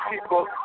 people